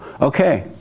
okay